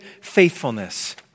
faithfulness